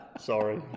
Sorry